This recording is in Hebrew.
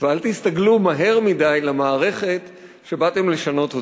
ואל תסתגלו מהר מדי למערכת שבאתם לשנות אותה.